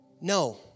No